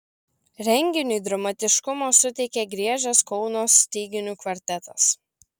renginiui dramatiškumo suteikė griežęs kauno styginių kvartetas